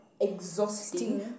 exhausting